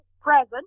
present